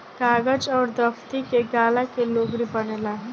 कागज अउर दफ़्ती के गाला के लुगरी बनेला